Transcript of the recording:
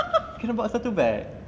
kena bawa satu beg